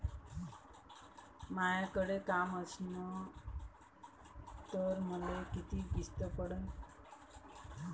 मायाकडे काम असन तर मले किती किस्त पडन?